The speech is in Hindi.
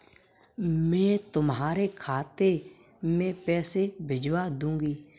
मैं तुम्हारे खाते में पैसे भिजवा दूँगी